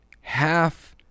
half